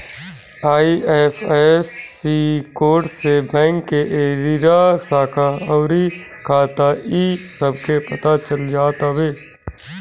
IFSC code से bank के area, शाखा अउरी खाता इ सब के पता चल जात हवे